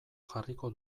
jarriko